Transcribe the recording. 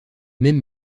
même